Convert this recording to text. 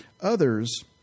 Others